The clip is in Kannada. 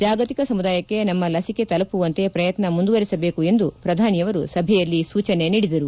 ಜಾಗತಿಕ ಸಮುದಾಯಕ್ಕೆ ನಮ್ನ ಲಸಿಕೆ ತಲುಮವಂತೆ ಪ್ರಯತ್ನ ಮುಂದುವರೆಸಬೇಕು ಎಂದು ಪ್ರಧಾನಿಯವರು ಸಭೆಯಲ್ಲಿ ಸೂಚನೆ ನೀಡಿದರು